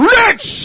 rich